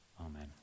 amen